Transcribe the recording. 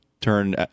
turn